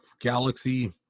Galaxy